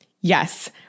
Yes